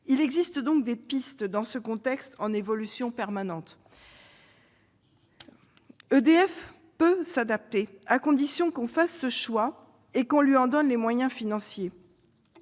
Il existe donc des pistes dans ce contexte en évolution permanente. EDF peut s'adapter, à condition que l'on fasse ce choix et qu'on lui en donne les moyens financiers.